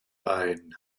ein